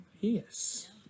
yes